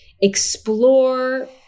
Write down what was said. explore